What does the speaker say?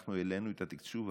אנחנו העלינו את התקצוב.